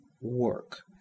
work